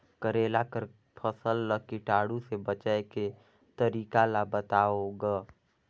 करेला कर फसल ल कीटाणु से बचाय के तरीका ला बताव ग?